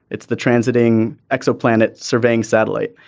it's the transiting exoplanet surveying satellite.